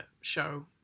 show